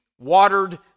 watered